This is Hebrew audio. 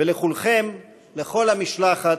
ולכולכם, לכל המשלחת,